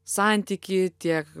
santyky tiek